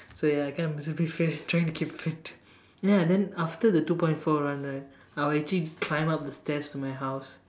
so ya I kind of miserably was trying to keep fit so ya then after the two point four run right I would actually climb up the stairs to my house